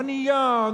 ענייה,